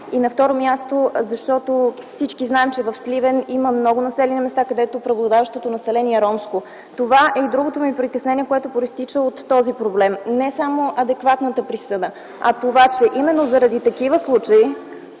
и на второ място, защото всички знаем, че в Сливен има много населени места, където преобладаващото население е ромско. Това е другото ми притеснение, което произтича от този проблем, не само адекватната присъда, а именно, че заради такива случаи